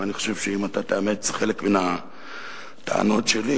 ואני חושב שאם אתה תאמץ חלק מן הטענות שלי,